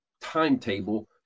timetable